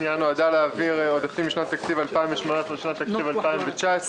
הפנייה נועדה להעביר עודפים משנת התקציב 2018 לשנת התקציב 2019,